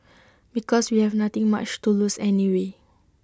because we have nothing much to lose anyway